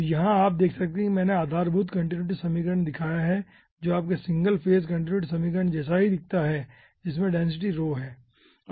तो यहां आप देख सकते हैं कि मैंने आधारभूत कंटीन्यूटी समीकरण दिखाया है जो आपके सिंगल फेज कंटीन्यूटी समीकरण जैसा ही दिखता है जिसमें डेंसिटी रो ⍴ है